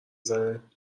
زنه